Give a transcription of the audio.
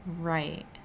right